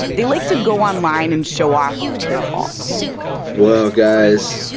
they like to go online and show off their hauls well, guys,